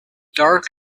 dark